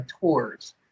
tours